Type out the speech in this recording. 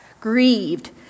grieved